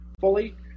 fully